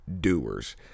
doers